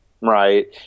right